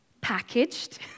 packaged